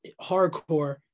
Hardcore